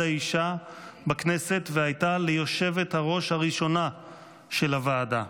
האישה בכנסת והייתה ליושבת-ראש הראשונה של הוועדה.